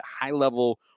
high-level